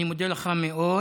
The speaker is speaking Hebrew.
אני מודה לך מאוד.